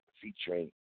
featuring